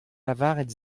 lavaret